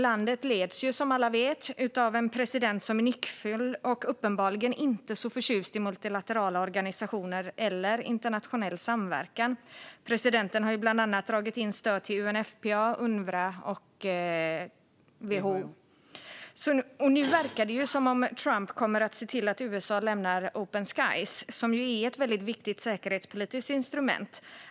Landet leds som alla vet av en president som är nyckfull och uppenbarligen inte så förtjust i multilaterala organisationer eller internationell samverkan. Presidenten har bland annat dragit in stöd till UNFPA, Unrwa och WHO. Nu verkar det som om Trump kommer att se till att USA lämnar Open Skies, som är ett väldigt viktigt säkerhetspolitiskt instrument.